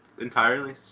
entirely